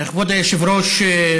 כבוד היושב-ראש,